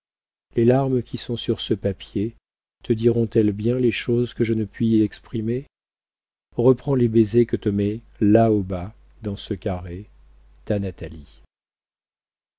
les larmes qui sont sur ce papier te diront elles bien les choses que je ne puis exprimer reprends les baisers que te met là au bas dans ce carré